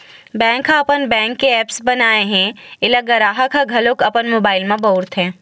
bank ह अपन bank के ऐप्स बनाए हे एला गराहक ह घलोक अपन मोबाइल म बउरथे